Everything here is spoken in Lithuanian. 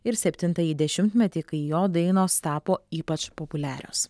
ir septintąjį dešimtmetį kai jo dainos tapo ypač populiarios